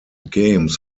games